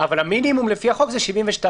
אבל המינימום לפי החוק זה 72 שעות.